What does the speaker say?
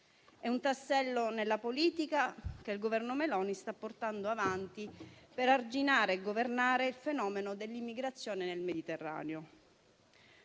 È un tassello nella politica che il Governo Meloni sta portando avanti per arginare e governare il fenomeno della migrazione nel Mediterraneo.